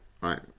Right